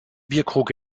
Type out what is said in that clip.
bierkrug